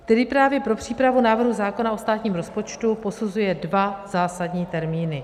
který právě pro přípravu návrhu zákona o státním rozpočtu posuzuje dva zásadní termíny.